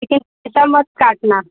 लेकिन पैसा मत काटना